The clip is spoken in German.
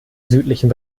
südlichen